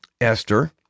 Esther